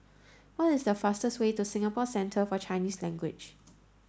what is the fastest way to Singapore Centre For Chinese Language